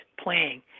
playing